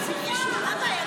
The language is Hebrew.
מה הבעיה?